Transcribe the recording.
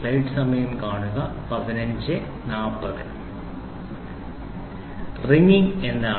ringing എന്താണ്